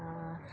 ᱟᱨ